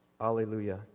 Hallelujah